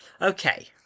Okay